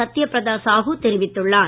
சத்யபிரதா சாஹு தெரிவித்துள்ளார்